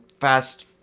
fast